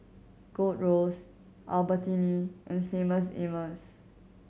Gold Roast Albertini and Famous Amos